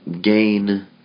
gain